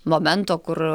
momento kur